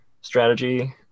strategy